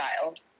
child